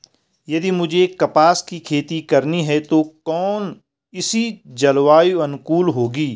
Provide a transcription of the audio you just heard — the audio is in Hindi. यदि मुझे कपास की खेती करनी है तो कौन इसी जलवायु अनुकूल होगी?